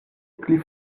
pli